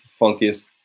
Funkiest